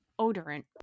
odorant